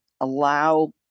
allow